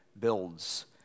builds